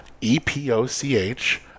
E-P-O-C-H